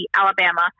Alabama